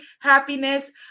happiness